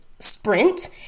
Sprint